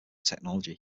technology